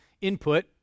input